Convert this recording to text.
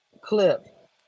clip